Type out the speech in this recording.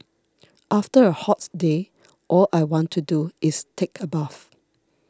after a hot day all I want to do is take a bath